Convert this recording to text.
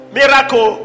miracle